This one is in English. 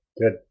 good